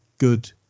Good